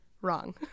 Wrong